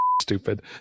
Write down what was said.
stupid